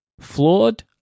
flawed